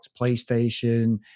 PlayStation